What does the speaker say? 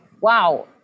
wow